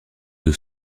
deux